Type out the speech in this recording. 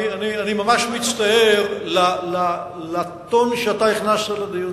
אני ממש מצטער על הטון שאתה הכנסת לדיון.